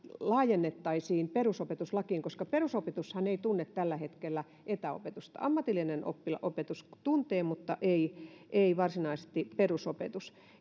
laajennettaisiin perusopetuslakiin koska perusopetushan ei tunne tällä hetkellä etäopetusta ammatillinen opetus tuntee mutta ei ei varsinaisesti perusopetus